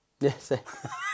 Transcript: Yes